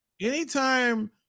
anytime